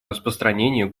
распространение